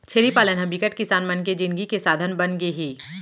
छेरी पालन ह बिकट किसान मन के जिनगी के साधन बनगे हे